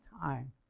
time